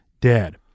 dead